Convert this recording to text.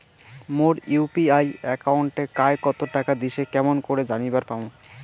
মোর UPI একাউন্টে কায় কতো টাকা দিসে কেমন করে জানিবার পামু?